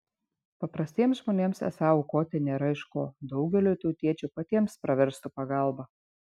paprastiems žmonėms esą aukoti nėra iš ko daugeliui tautiečių patiems pravestų pagalba